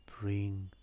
bring